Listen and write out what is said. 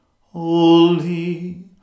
holy